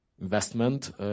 investment